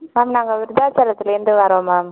ma'am நாங்கள் விருத்தாச்சலத்திலேர்ந்து வரோம் மேம்